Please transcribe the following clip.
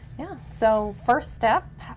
yeah, so first step,